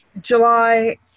July